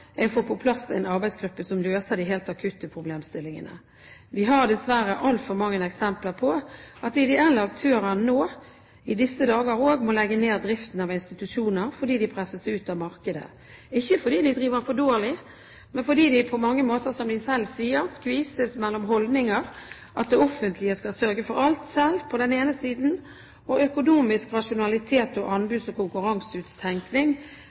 er å få på plass en arbeidsgruppe som løser de helt akutte problemstillingene. Vi har dessverre altfor mange eksempler på at ideelle aktører også i disse dager må legge ned driften av institusjoner, fordi de presses ut av markedet – ikke fordi de driver for dårlig, men fordi de, som de selv sier, på mange måter skvises mellom på den ene siden den holdningen at det offentlige skal sørge for alt selv, og, på den andre siden, økonomisk rasjonalitet og